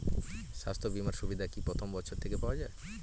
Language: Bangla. স্বাস্থ্য বীমার সুবিধা কি প্রথম বছর থেকে পাওয়া যায়?